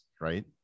right